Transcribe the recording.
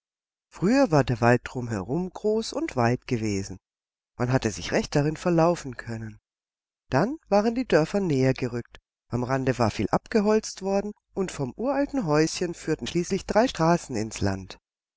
früher war der wald drum herum groß und weit gewesen man hatte sich recht darin verlaufen können dann waren die dörfer näher gerückt am rande war viel abgeholzt worden und vom uralten häuschen führten schließlich drei straßen ins land